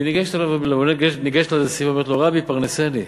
היא ניגשת אליו לנשיא ואומרת לו: רבי, פרנסני.